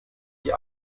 die